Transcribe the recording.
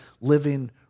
living